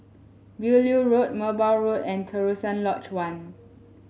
Beaulieu Road Merbau Road and Terusan Lodge One